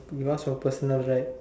you lost your personal right